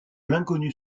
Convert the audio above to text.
l’inconnu